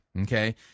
Okay